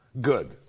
Good